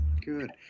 Good